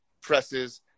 presses